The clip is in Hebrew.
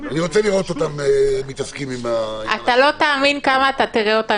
אני רוצה לראות אותם מתעסקים עם --- אתה לא תאמין כמה אתה תראה אותם,